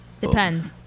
Depends